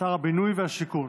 שר הבינוי והשיכון,